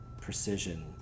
precision